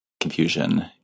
Confusion